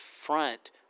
front